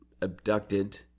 abducted